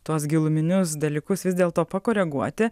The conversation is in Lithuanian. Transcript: tuos giluminius dalykus vis dėl to pakoreguoti